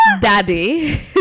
daddy